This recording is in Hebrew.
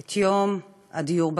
את יום הדיור.